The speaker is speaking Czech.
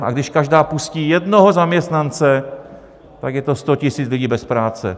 A když každá pustí jednoho zaměstnance, tak je to 100 000 lidí bez práce.